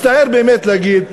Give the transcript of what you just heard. מצטער באמת להגיד,